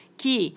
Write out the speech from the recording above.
que